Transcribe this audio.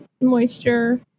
moisture